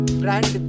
brand